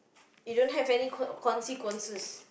you don't have any consequences